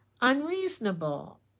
unreasonable